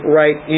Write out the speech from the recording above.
right